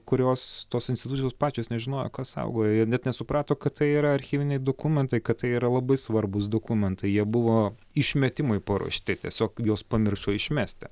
kurios tos institucijos pačios nežinojo ką saugojo jie net nesuprato kad tai yra archyviniai dokumentai kad tai yra labai svarbūs dokumentai jie buvo išmetimui paruošti tiesiog juos pamiršo išmesti